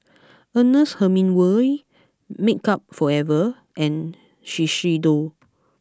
Ernest Hemingway Makeup Forever and Shiseido